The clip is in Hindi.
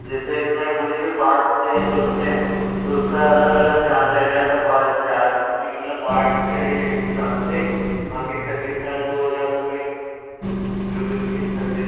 जैसे इसमें कुछ भी पार्ट्स चेंज होते हैं तो उसका अलग अलग चार्ज लग जाएगा पर चार्ज मतलब पार्ट के हिसाब से बाक़ी सर्विस चार्ज दो हज़ार रुपये जो भी उसकी सर्विस